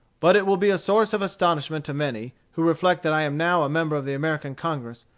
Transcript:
but it will be a source of astonishment to many, who reflect that i am now a member of the american congress,